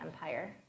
Empire